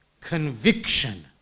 conviction